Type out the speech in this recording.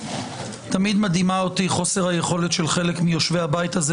תמיד מדהימה אותי חוסר היכולת של חלק מיושבי הבית הזה